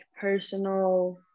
personal